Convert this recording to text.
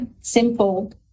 simple